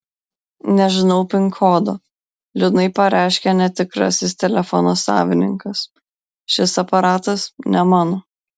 nežinau pin kodo liūdnai pareiškia netikrasis telefono savininkas šis aparatas ne mano